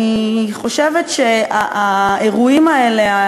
אני חושבת שהאירועים האלה,